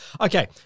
Okay